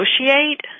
negotiate